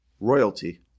royalty